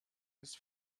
his